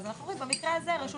אז אנחנו אומרים שבמקרה הזה הרשות